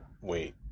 wait